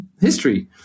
history